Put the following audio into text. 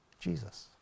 Jesus